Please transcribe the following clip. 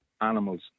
animals